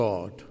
God